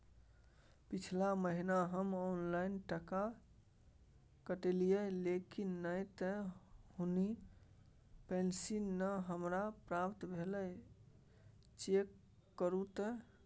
पिछला महीना हम ऑनलाइन टका कटैलिये लेकिन नय त हुनी पैलखिन न हमरा प्राप्त भेल, चेक करू त?